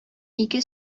ике